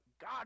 God